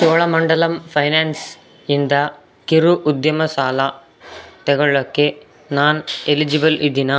Cholamandalam finance ಇಂದ ಕಿರು ಉದ್ಯಮ ಸಾಲ ತಗೋಳೋಕ್ಕೆ ನಾನು ಎಲಿಜಿಬಲ್ ಇದ್ದೇನ